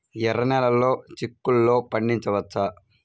ఎర్ర నెలలో చిక్కుల్లో పండించవచ్చా?